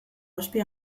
ospe